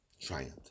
triumph